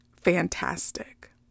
fantastic